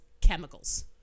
chemicals